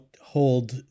hold